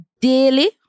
daily